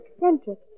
eccentric